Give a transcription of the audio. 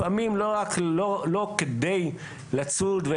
לפעמים לא כדי לצוד,